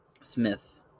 Smith